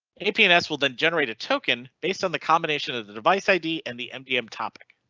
aps and aps will then generate a token based on the combination of the device id and the mdm topic.